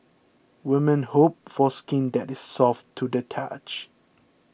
women hope for skin that is soft to the touch